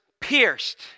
pierced